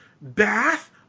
Bath